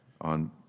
on